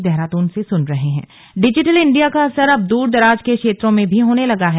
slug CM app digital India का असर अब दूरदराज के क्षेत्रों में भी होने लगा है